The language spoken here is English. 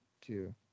two